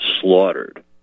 slaughtered